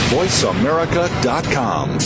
voiceamerica.com